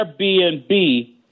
Airbnb